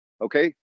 okay